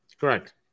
correct